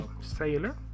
sailor